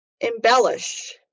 embellish